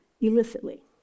illicitly